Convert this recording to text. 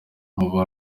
nkuba